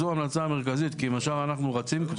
זו ההמלצה המרכזית כי עם השאר אנחנו רצים כבר.